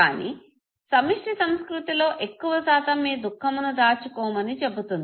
కానీ సమిష్టి సంస్కృతిలో ఎక్కువ శాతం మీ దుఃఖమును దాచుకోమని చెబుతుంది